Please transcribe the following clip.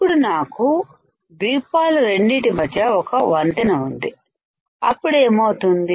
ఇప్పుడు నాకు ద్వీపాల రెండిటి మధ్య ఒక వంతెన ఉంది అప్పుడు ఏమవుతుంది